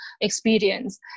experience